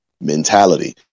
mentality